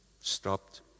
stopped